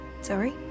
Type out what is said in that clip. sorry